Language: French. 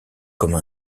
comme